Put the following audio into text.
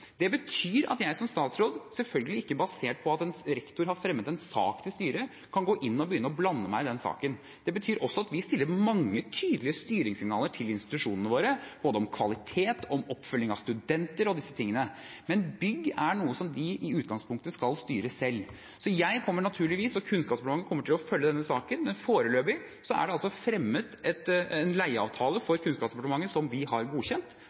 Det betyr at jeg som statsråd selvfølgelig ikke, basert på at en rektor har fremmet en sak til styret, kan gå inn og begynne å blande meg i den saken. Det betyr også at vi gir mange tydelige styringssignaler til institusjonene våre, om kvalitet, oppfølging av studenter og disse tingene. Men bygg er noe som de i utgangspunktet skal styre selv. Kunnskapsdepartementet og jeg kommer naturligvis til å følge denne saken, men foreløpig er det altså fremmet en leieavtale for Kunnskapsdepartementet, som vi har godkjent,